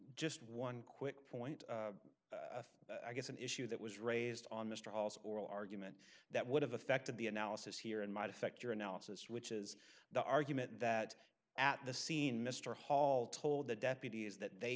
just one quick point i guess an issue that was raised on mr also oral argument that would have affected the analysis here and might affect your analysis which is the argument that at the scene mr hall told the deputies that they